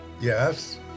Yes